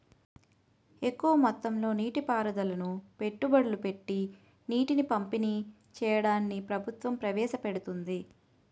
ఎక్కువ మొత్తంలో నీటి పారుదలను పెట్టుబడులు పెట్టీ నీటిని పంపిణీ చెయ్యడాన్ని ప్రభుత్వం ప్రవేశపెడుతోంది